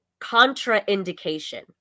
contraindication